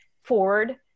Ford